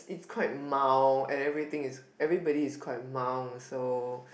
it's quite mild and everything is everybody is quite mild also